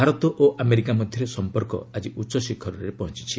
ଭାରତ ଓ ଆମେରିକା ମଧ୍ୟରେ ସମ୍ପର୍କ ଆଜି ଉଚ୍ଚଶିଖରରେ ପହଞ୍ଚିଛି